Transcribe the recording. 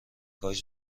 کاش